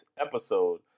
episode